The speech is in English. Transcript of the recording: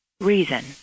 reason